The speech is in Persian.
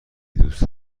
دوست